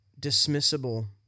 dismissible